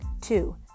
Two